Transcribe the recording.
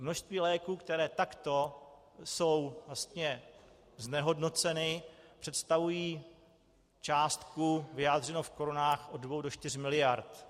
Množství léků, které jsou takto vlastně znehodnoceny, představuje částku vyjádřenou v korunách od dvou do čtyř miliard.